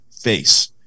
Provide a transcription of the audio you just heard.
face